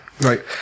right